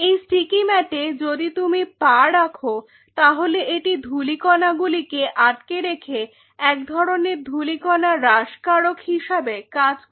এই স্টিকি ম্যাটে যদি তুমি পা রাখো তাহলেএটি ধূলিকণা গুলিকে আটকে রেখে এক ধরনের ধূলিকণা হ্রাসকারক হিসাবে কাজ করে